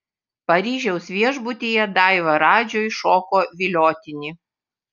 paryžiaus viešbutyje daiva radžiui šoko viliotinį